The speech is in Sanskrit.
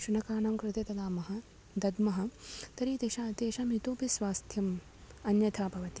शुनकानां कृते दद्मः दद्मः तर्हि तेषां तेषाम् इतोऽपि स्वास्थ्यम् अन्यथा भवति